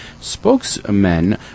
Spokesmen